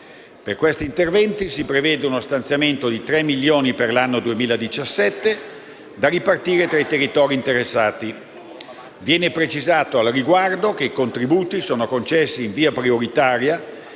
Per tali interventi si prevede uno stanziamento di 3 milioni per l'anno 2017, da ripartire fra i territori interessati. Viene precisato, al riguardo, che i contributi sono concessi in via prioritaria